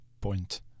point